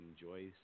enjoy